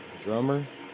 drummer